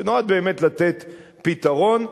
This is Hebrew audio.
שנועד באמת לתת פתרון.